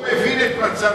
הוא מבין את מצב,